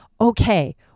okay